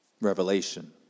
Revelation